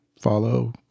follow